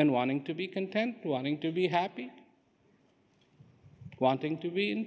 and wanting to be content wanting to be happy wanting to be in